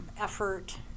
effort